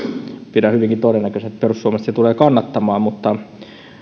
pidän hyvinkin todennäköisenä että perussuomalaiset sitä tulevat kannattamaan mutta